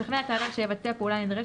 לשכנע את האדם שיבצע פעולה נדרשת,